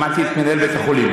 שמעתי את מנהל בית-החולים.